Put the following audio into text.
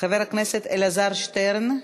חבר הכנסת אלעזר שטרן,